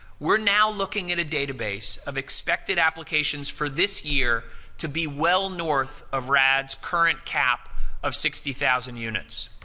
we're now looking at a data base of expected applications for this year to be well north of rad's current cap of sixty thousand units.